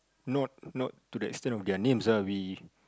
not not to the extent of their names ah we